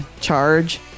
Charge